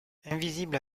invisible